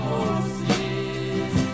Horses